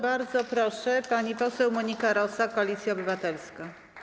Bardzo proszę, pani poseł Monika Rosa, Koalicja Obywatelska.